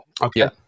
okay